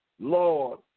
Lord